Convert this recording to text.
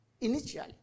initially